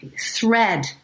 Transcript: thread